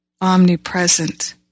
omnipresent